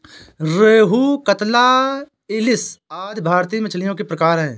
रोहू, कटला, इलिस आदि भारतीय मछलियों के प्रकार है